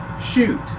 Shoot